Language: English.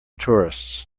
tourists